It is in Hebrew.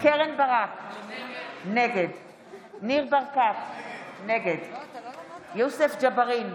קרן ברק, נגד ניר ברקת, נגד יוסף ג'בארין,